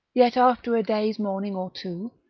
yet after a day's mourning or two,